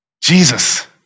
Jesus